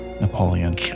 Napoleon